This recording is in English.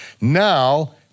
Now